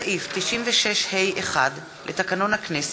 יצחק וקנין,